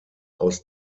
aus